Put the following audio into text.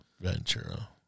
Ventura